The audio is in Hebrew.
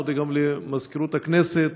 מודה גם למזכירות הכנסת,